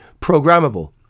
programmable